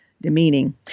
demeaning